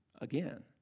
again